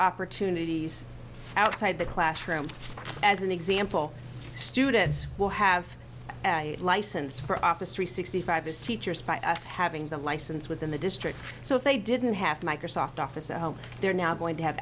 opportunities outside the classroom as an example students will have a license for office three sixty five is teachers by us having the license within the district so if they didn't have microsoft office at home they're now going to have